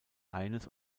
eines